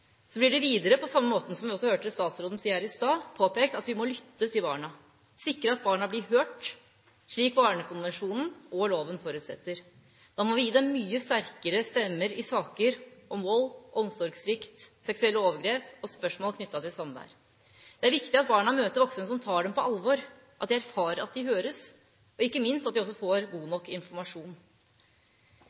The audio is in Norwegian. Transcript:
blir det videre, på samme måte som vi også hørte statsråden si her i stad, påpekt at vi må lytte til barna og sikre at barna blir hørt – slik barnekonvensjonen og loven forutsetter. Da må vi gi dem mye sterkere stemmer i saker om vold, omsorgssvikt, seksuelle overgrep og spørsmål knyttet til samvær. Det er viktig at barna møter voksne som tar dem på alvor, at de erfarer at de høres, og at de ikke minst får god nok informasjon.